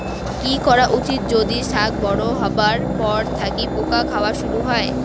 কি করা উচিৎ যদি শাক বড়ো হবার পর থাকি পোকা খাওয়া শুরু হয়?